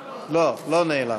לא, לא נעלם.